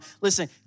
Listen